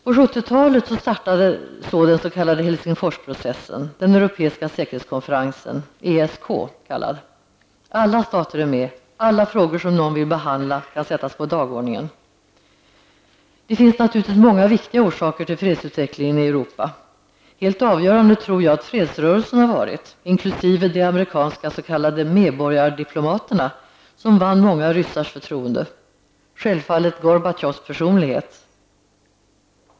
På 70-talet startade den s.k. Helsingforsprocessen, den europeiska säkerhetskonferensen, kallad ESK. Alla stater är med, alla frågor som någon vill behandla kan sättas upp på dagordningen. Det finns naturligtvis många viktiga orsaker till fredsutvecklingen i Europa. Helt avgörande tror jag att fredsrörelsen har varit, inkl. de amerikanska s.k. medborgardiplomaterna, som vann många ryssars förtroende, och självfallet Gorbatjovs personlighet.